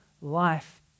life